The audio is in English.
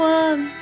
one